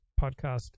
podcast